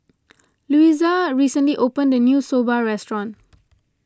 Luisa recently opened a new Soba restaurant